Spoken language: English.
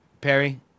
Perry